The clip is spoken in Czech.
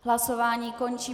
Hlasování končím.